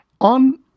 On